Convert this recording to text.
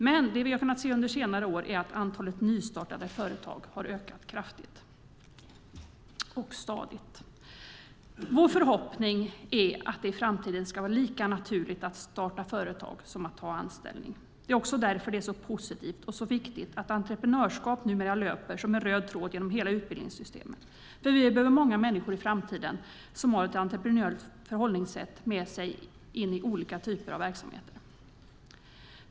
Men under senare år har vi kunnat se att antalet nystartade företag har ökat kraftigt och stadigt. Vår förhoppning är att det i framtiden ska vara lika naturligt att starta företag som att ta anställning. Det är också därför det är så positivt och så viktigt att entreprenörskap numera löper som en röd tråd genom hela utbildningssystemet. Vi behöver många människor i framtiden som har ett entreprenöriellt förhållningssätt med sig in i olika av typer av verksamheter.